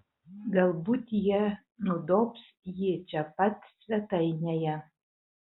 galbūt jie nudobs jį čia pat svetainėje